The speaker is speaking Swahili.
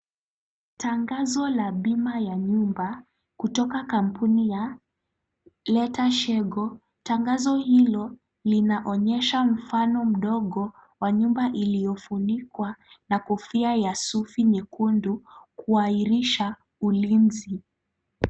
Tangazo la bima ya nyumba, kutoka kampuni ya Letshego. Tangazo hilo, linaonyesha mfano mdogo wa nyumba iliyofunikwa na kofia ya sufi nyekundu kuahirisha ulinzi.